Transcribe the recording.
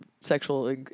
sexual